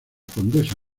condesa